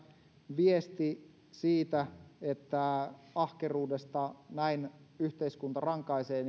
viesti siitä että ahkeruudesta näin yhteiskunta rankaisee